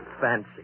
Fancy